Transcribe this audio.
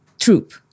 troop